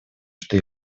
что